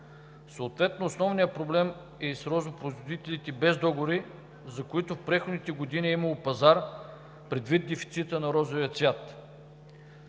Съответно основният проблем е с розопроизводителите без договори, за които в преходните години е имало пазар предвид дефицита на розовия цвят.